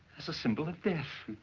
as a symbol of death.